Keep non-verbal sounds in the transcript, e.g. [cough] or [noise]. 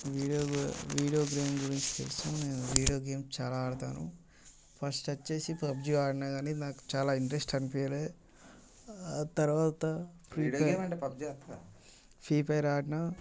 video గే video game గురించి [unintelligible] video game చాలా ఆడతాను ఫస్ట్ వచ్చేసి పబ్జి ఆడినా కానీ నాకు చాలా ఇంట్రెస్ట్ అనిపించ లేదు ఆ తర్వాత ఫ్రీ ఫ్రీ ఫైర్ ఆడినా